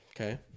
okay